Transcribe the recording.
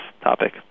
topic